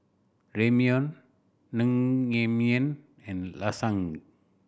Ramyeon Naengmyeon and Lasagne